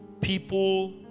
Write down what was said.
people